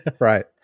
Right